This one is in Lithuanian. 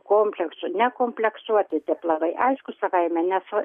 kompleksų nekompleksuokit aplamai aišku savaime nes va